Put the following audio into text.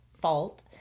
fault